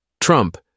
trump